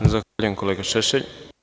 Zahvaljujem, kolega Šešelj.